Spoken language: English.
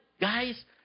Guys